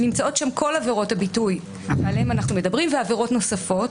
נמצאות שם כל עבירות הביטוי עליהם אנחנו מדברים ועבירות נוספות,